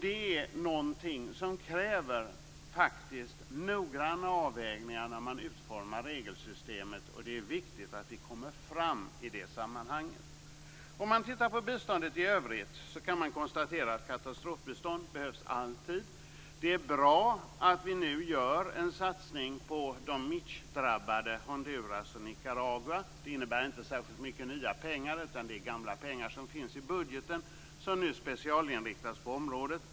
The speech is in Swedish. Det är någonting som faktiskt kräver noggranna avvägningar när man utformar regelsystemet, och det är viktigt att vi kommer fram i det sammanhanget. Om man tittar på biståndet i övrigt kan man konstatera att katastrofbistånd alltid behövs. Det är bra att vi nu satsar på de Mitch-drabbade Honduras och Nicaragua. Det innebär inte särskilt mycket nya pengar. I stället är det gamla pengar som finns i budgeten, som nu specialinriktas på området.